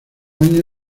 años